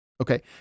Okay